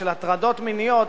של הטרדות מיניות,